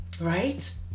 right